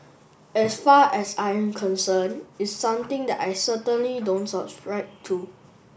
as far as I'm concerned it's something that I certainly don't subscribe to